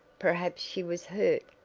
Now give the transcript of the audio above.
perhaps she was hurt,